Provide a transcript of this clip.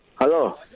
Hello